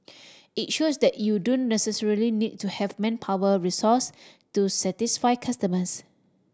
it shows that you don't necessarily need to have manpower resource to satisfy customers